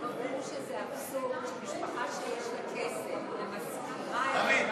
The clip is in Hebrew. אבל ברור שזה אבסורד שמשפחה שיש לה כסף ומשכירה את הבית,